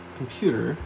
computer